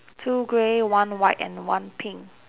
two grey one white and one pink